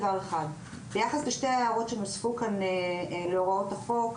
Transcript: ביחס לשתי הערות שנוספו כאן להוראות החוק,